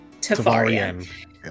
Tavarian